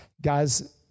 Guys